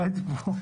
לא הייתי פה.